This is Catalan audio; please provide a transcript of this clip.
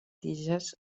tiges